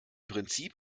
prinzip